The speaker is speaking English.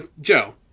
Joe